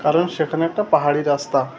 কারণ সেখানে একটা পাহাড়ি রাস্তা